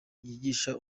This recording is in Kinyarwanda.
yigisha